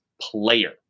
player